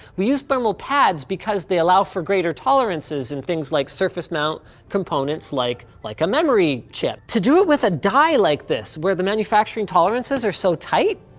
we use thermal pads because they allow for greater tolerances in things like surface mount components like like a memory chip. to do it with a die like this where the manufacturing tolerances are so tight,